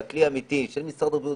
מקבלים והכלי האמיתי של משרד הבריאות